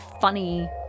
funny